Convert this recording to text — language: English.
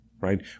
right